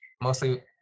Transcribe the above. mostly